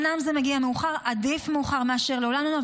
אומנם זה מגיע מאוחר אבל עדיף מאוחר מאשר לעולם לא.